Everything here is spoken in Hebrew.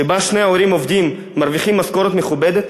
שבה שני ההורים עובדים ומרוויחים משכורת מכובדת,